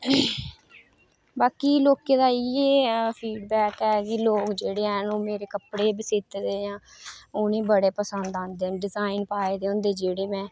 बाकी लोकें दा इ'यै फीडबैक ऐ कि लोक जेह्ड़े हैन ओह् मेरे कपड़े बी सीते दे न कपड़े बी सीते दे जां उ'नेंगी बड़े पसंद आंदे डिजाईन पाए दे होंदे जेह्ड़े में